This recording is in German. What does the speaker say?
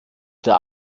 der